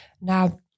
Now